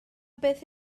beth